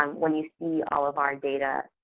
um when you see all of our data,